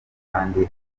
kandi